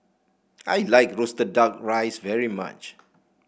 I like roasted duck rice very much